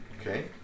okay